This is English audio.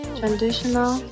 traditional